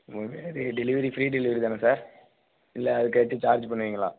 delivery free delivery தானே sir இல்லை அதுக்கு எதாச்சும் சார்ஜ் பண்ணுவீங்களா